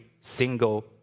single